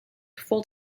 full